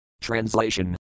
Translation